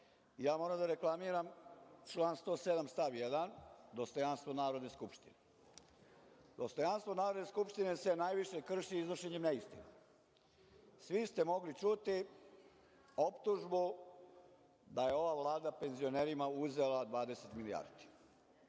moram da reklamiram član 107. stav 1. – dostojanstvo Narodne skupštine. Dostojanstvo Narodne skupštine se najviše krši iznošenjem neistina. Svi ste mogli čuti optužbu da je ova Vlada penzionerima uzela 20 milijardi.